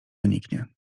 wyniknie